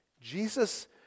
Jesus